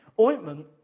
ointment